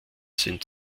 sind